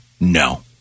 No